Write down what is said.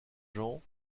jean